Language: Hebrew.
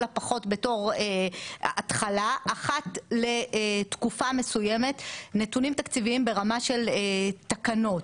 הפחות בתור התחלה אחת לתקופה מסוימת נתונים תקציביים ברמה של תקנות